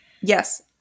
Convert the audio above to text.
Yes